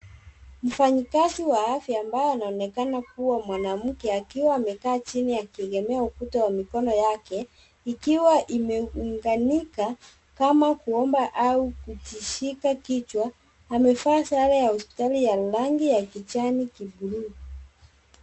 Mfanyikazi wa afya ambaye anaonekana kua mwanamke akiwa amekaa chini akiegemea ukuta wa mikono yake ikiwa imeunganika kama komba au kujishika kichwa. Amevaa sare ya hospitali ya rangi ya kijani kibluu.